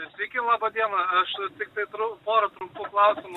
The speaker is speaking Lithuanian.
sveiki laba diena aš tiktai turiu pora trumpų klausimų